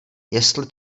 jestli